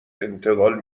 انتقال